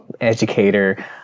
educator